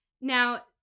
Now